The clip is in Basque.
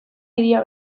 hiria